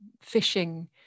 fishing